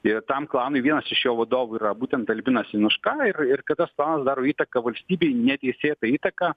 ir tam klanui vienas iš jo vadovų yra būtent albinas januška ir ir kai tas klanas daro įtaką valstybei neteisėtą įtaką